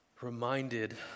reminded